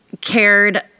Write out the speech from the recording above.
cared